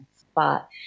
spot